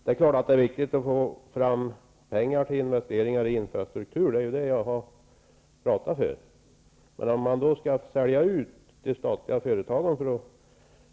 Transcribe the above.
Herr talman! Det är klart att det är viktigt att få fram pengar till investeringar i infrastruktur; det är ju det jag har talat för. Men att sälja ut de statliga företagen för att